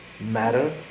matter